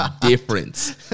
difference